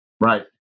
right